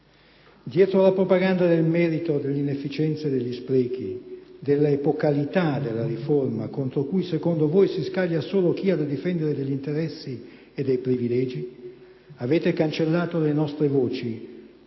Dietro la propaganda del merito, dell'inefficienza e degli sprechi, della "epocalità" della riforma contro cui, secondo voi, si scaglia solo chi ha da difendere degli interessi e dei privilegi, avete cancellato le nostre voci,